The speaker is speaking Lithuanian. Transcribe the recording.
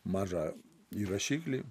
mažą įrašiklį